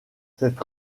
cette